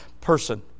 person